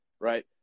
right